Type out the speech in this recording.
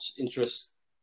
interest